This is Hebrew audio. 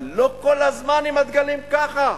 אבל לא כל הזמן עם הדגלים ככה,